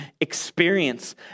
experience